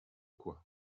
quoi